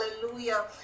Hallelujah